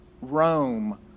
Rome